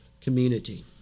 community